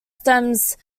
stems